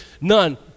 none